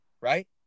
right